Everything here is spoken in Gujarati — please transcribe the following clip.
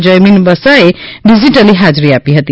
જૈમિન વસાચે ડિજીટલી હાજરી આપી હતી